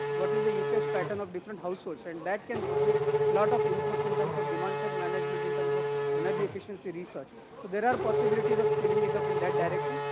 what is the usage pattern of different households. and that can give lot of inputs in terms of demand-side management, in terms of energy efficiency research. so there are possibilities of scaling it up in that direction.